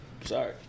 Sorry